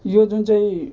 यो जुन चाहिँ